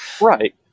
right